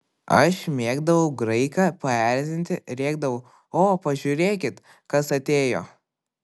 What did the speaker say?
aš mėgdavau graiką paerzinti rėkdavau o pažiūrėkit kas atėjo